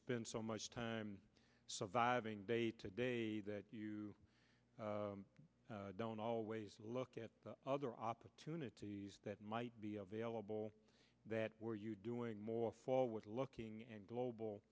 spend so much time surviving day to day that you don't always look at other opportunities that might be available that were you doing more forward looking and global